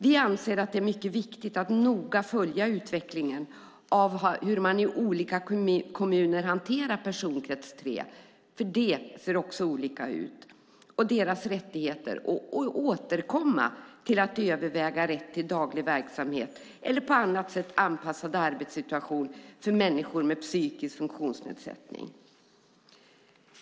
Vi anser att det är mycket viktigt att noga följa utvecklingen av hur man i olika kommuner hanterar personkrets 3 - för det ser också olika ut - och deras rättigheter och återkomma och överväga rätt till daglig verksamhet eller på annat sätt anpassad arbetssituation för människor med psykisk funktionsnedsättning.